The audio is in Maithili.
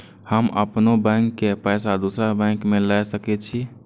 हम अपनों बैंक के पैसा दुसरा बैंक में ले सके छी?